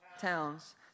towns